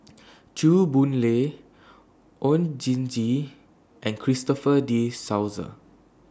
Chew Boon Lay Oon Jin Gee and Christopher De Souza